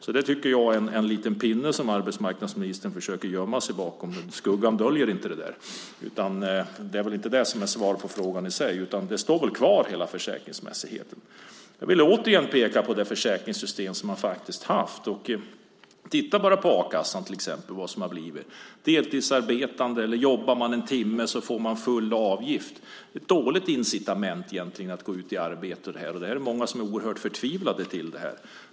Jag tycker att det är en liten pinne som arbetsmarknadsministern försöker gömma sig bakom, men skuggan döljer inte det där. Det är inte det som är svar på frågan, utan hela försäkringsmässigheten står kvar. Jag vill återigen peka på det försäkringssystem som har funnits. Titta bara på vad som har hänt med a-kassan! Om man är deltidsarbetande, eller om man så bara jobbar en timme, får man full avgift. Det är ett dåligt incitament att gå ut i arbete, och många är oerhört förtvivlade över detta.